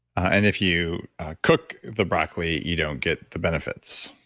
and if you cook the broccoli you don't get the benefits,